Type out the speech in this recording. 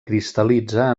cristal·litza